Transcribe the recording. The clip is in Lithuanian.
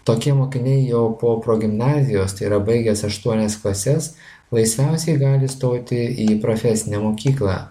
tokie mokiniai jau po progimnazijos tai yra baigęs aštuonias klases laisviausiai gali stoti į profesinę mokyklą